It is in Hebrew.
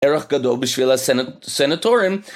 ערך גדול בשביל הסנטורים